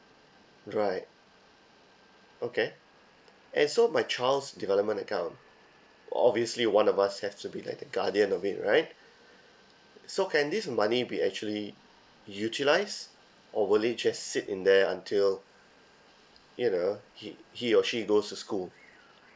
right okay and so my child's development obviously one of us has to be like the guardian of it right so can this money be actually utilised or will just sit in there until you know he he or she goes to school